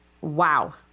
Wow